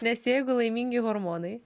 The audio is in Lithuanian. nes jeigu laimingi hormonai